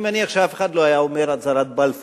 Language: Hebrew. אני מניח שאף אחד לא היה אומר "הצהרת בלפור".